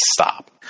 stop